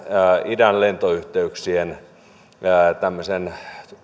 idän lentoyhteyksien